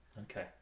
Okay